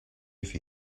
for